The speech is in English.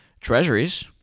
treasuries